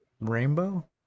rainbow